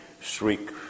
shriek